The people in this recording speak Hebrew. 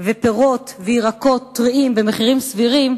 ופירות וירקות טריים במחירים סבירים,